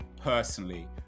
personally